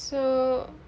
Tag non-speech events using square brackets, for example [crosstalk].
so [breath]